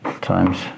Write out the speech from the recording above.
times